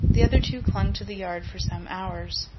the other two clung to the yard for some hours.